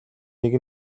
нэг